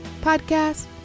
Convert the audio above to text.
Podcast